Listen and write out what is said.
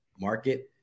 market